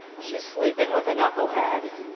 she's sleeping with a knucklehead,